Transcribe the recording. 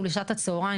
הוא שבשעת הצהריים,